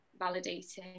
validating